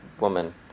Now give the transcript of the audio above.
Woman